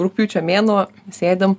rugpjūčio mėnuo sėdim